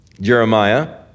Jeremiah